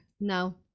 Now